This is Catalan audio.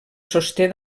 sosté